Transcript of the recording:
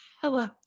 Hello